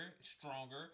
stronger